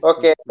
Okay